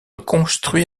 construit